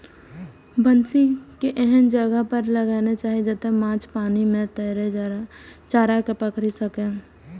बंसी कें एहन जगह पर लगाना चाही, जतय माछ पानि मे तैरैत चारा कें पकड़ि सकय